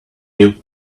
you